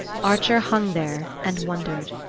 archer hung there and wondered.